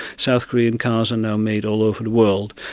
south korean cars are now made all over the world.